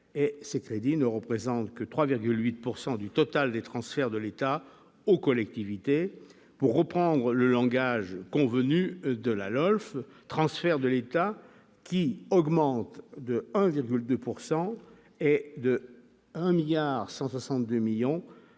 ces crédits ne représentent que 3,8 pourcent du total des transferts de l'État aux collectivités pour reprendre le langage convenu de la LOLF transferts de l'État qui augmente de 1,2 pourcent et